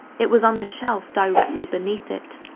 it was on the shelf directly beneath it.